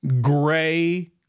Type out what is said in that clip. Gray